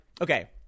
okay